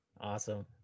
awesome